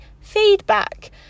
feedback